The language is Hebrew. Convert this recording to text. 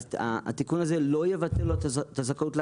אז התיקון הזה לא יבטל לו את הזכאות לאבטלה,